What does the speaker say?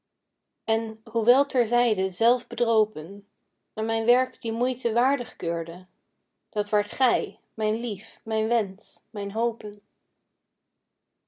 en hoewel ter zijde zelv bedropen aan mijn werk die moeite waardig keurde dat waart gij mijn lief mijn wensch mijn hopen